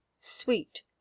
sweet